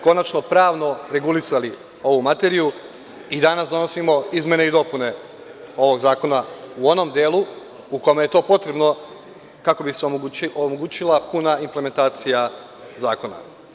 Konačno, pravno regulisali ovu materiju i danas donosimo izmene i dopune ovog zakona u onom delu u kome je to potrebno kako bi se omogućila puna implementacija zakona.